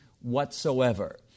whatsoever